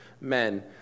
men